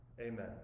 amen